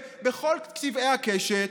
בכל צבעי הקשת,